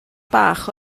bach